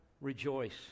Rejoice